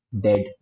dead